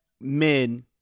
men